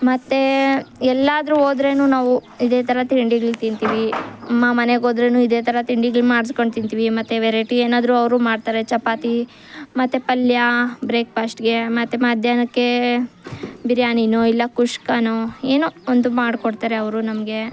ಮತ್ತು ಎಲ್ಲಾದರೂ ಹೋದರೆ ನಾವು ಇದೇ ಥರ ತಿಂಡಿಗಳು ತಿಂತೀವಿ ಅಮ್ಮ ಮನೆಗೋದ್ರೂ ಇದೇ ಥರ ತಿಂಡಿಗಳ್ನ ಮಾಡ್ಸ್ಕೊಂಡು ತಿಂತೀವಿ ಮತ್ತು ವೆರೈಟಿ ಏನಾದರೂ ಅವರು ಮಾಡ್ತಾರೆ ಚಪಾತಿ ಮತ್ತು ಪಲ್ಯ ಬ್ರೇಕ್ಫಾಸ್ಟ್ಗೆ ಮತ್ತು ಮಧ್ಯಾಹ್ನಕ್ಕೆ ಬಿರಿಯಾನಿಯೋ ಇಲ್ಲ ಕುಷ್ಕಾನೋ ಏನೋ ಒಂದು ಮಾಡಿಕೊಡ್ತಾರೆ ಅವರು ನಮಗೆ